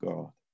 God